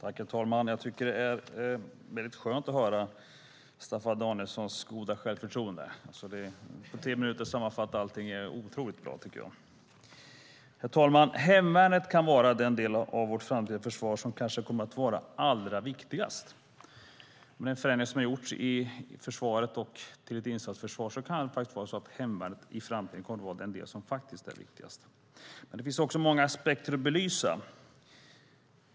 Herr talman! Jag tycker att det är skönt att höra Staffan Danielssons goda självförtroende. Att på tre minuter sammanfatta allting är otroligt bra. Herr talman! Hemvärnet kan vara den del av vårt framtida försvar som kanske kommer att vara allra viktigast. Med den förändring som har gjorts av försvaret till ett insatsförsvar kan det vara så att hemvärnet i framtiden kommer att vara den del som faktiskt är viktigast. Det finns många aspekter att belysa.